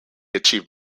achieved